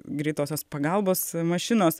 greitosios pagalbos mašinos